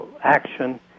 action